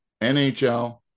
NHL